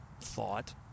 thought